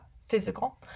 physical